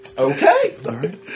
Okay